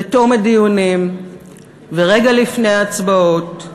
בתום הדיונים ורגע לפני ההצבעות,